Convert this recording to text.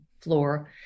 floor